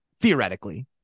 Theoretically